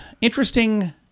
interesting